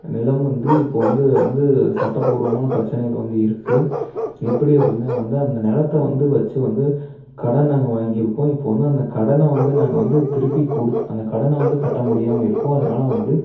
நிலம் வந்து இப்போது வந்து வந்து சட்ட பூர்வமான பிரச்சனைகள் வந்து இருக்குது எப்படி அப்படின்னா அந்த நிலத்த வந்து வச்சு வந்து கடன் நாங்கள் வாங்கியிருக்கோம் இப்போ வந்து அந்த கடனை வந்து நாங்கள் வந்து திருப்பி கொடு அந்த கடனை வந்து கட்ட முடியாமல் இருக்கோம் அதனால வந்து